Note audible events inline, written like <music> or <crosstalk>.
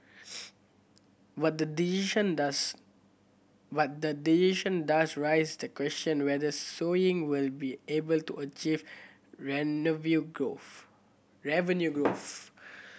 but the decision does but the decision does rise the question whether sewing will be able to achieve <unintelligible> view growth revenue growth